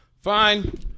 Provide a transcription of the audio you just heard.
Fine